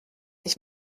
ich